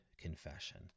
confession